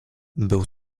był